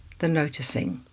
the noticing.